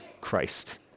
Christ